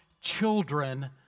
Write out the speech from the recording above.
children